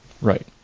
Right